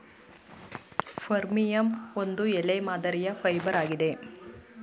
ಫರ್ಮಿಯಂ ಒಂದು ಎಲೆ ಮಾದರಿಯ ಫೈಬರ್ ಆಗಿದೆ